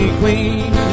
queen